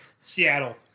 Seattle